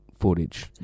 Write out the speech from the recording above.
footage